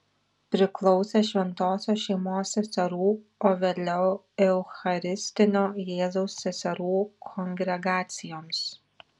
priklausė šventosios šeimos seserų o vėliau eucharistinio jėzaus seserų kongregacijoms